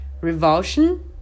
Revulsion